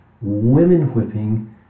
women-whipping